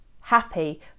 happy